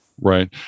Right